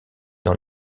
dans